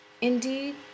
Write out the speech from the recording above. Indeed